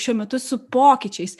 šiuo metu su pokyčiais